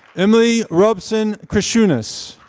emily robson krisciunas.